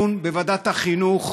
דיון בוועדת החינוך